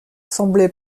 semblait